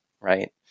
right